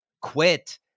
quit